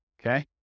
okay